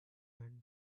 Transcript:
learn